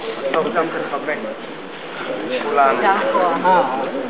עיסוק בתמונת המצב החברתית של מדינת ישראל,